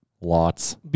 Lots